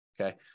okay